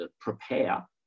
prepare